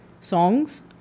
songs